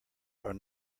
are